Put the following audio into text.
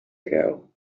ago